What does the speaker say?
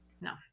No